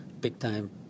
big-time